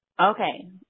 Okay